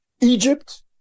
Egypt